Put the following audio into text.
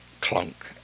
clunk